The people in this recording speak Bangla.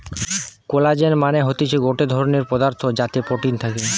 কোলাজেন মানে হতিছে গটে ধরণের পদার্থ যাতে প্রোটিন থাকে